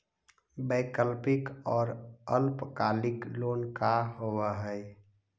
वैकल्पिक और अल्पकालिक लोन का होव हइ?